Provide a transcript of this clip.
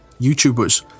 YouTubers